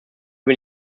bin